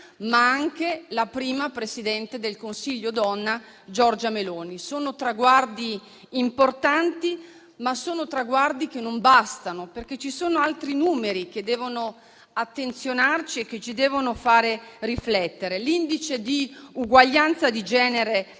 ma anche alla prima presidente del Consiglio donna, Giorgia Meloni. Sono traguardi importanti ma che non bastano, perché ci sono altri numeri cui dobbiamo prestare attenzione e che devono farci riflettere. L'indice di uguaglianza di genere